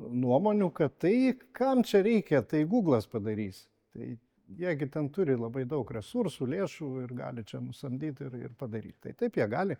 nuomonių kad tai kam čia reikia tai guglas padarys tai jie gi ten turi labai daug resursų lėšų ir gali čia nusamdyt ir ir padaryt tai taip jie gali